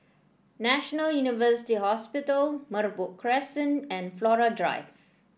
National University Hospital Merbok Crescent and Flora Drive